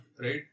right